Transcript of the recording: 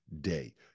day